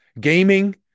gaming